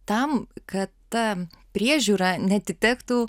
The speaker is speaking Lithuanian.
tam kad ta priežiūra neatitektų